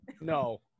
no